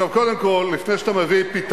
אז למה אתם לא מביאים?